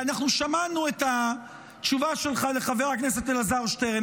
שמענו את התשובה שלך לחבר הכנסת אלעזר שטרן,